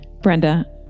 Brenda